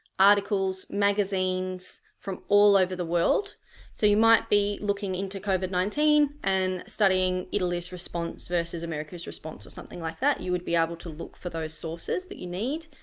articles, magazines from all over the world so you might be looking into covid nineteen and studying italy's response versus america's response or something like that. you would be able to look for those sources that you need.